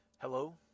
Hello